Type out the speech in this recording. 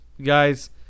guys